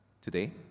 today